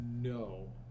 no